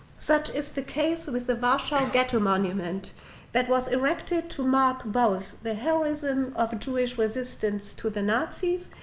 such is the case with the warsaw getta monument that was erected to mark both the heroism of jewish resistance to the nazis,